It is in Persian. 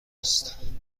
است